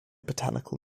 botanical